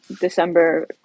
December